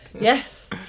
Yes